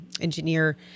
engineer